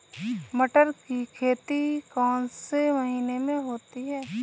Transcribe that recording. मटर की खेती कौन से महीने में होती है?